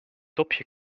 dopje